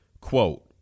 Quote